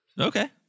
Okay